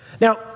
Now